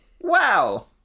Wow